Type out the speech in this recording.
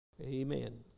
Amen